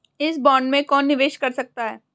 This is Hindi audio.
इस बॉन्ड में कौन निवेश कर सकता है?